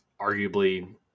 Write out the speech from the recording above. arguably